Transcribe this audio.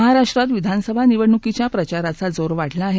महाराष्ट्रात विधानसभा निवडणुकीच्या प्रचाराचा जोर वाढला आहे